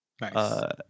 Nice